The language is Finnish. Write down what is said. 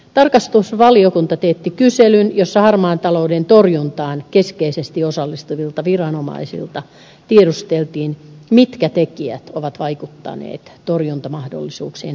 tarkastusvaliokunta teetti kyselyn jossa harmaan talouden torjuntaan keskeisesti osallistuvilta viranomaisilta tiedusteltiin mitkä tekijät ovat vaikuttaneet torjuntamahdollisuuksien heikentymiseen